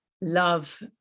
love